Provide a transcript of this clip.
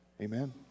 Amen